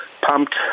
pumped